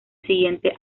siguiente